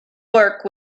work